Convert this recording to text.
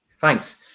Thanks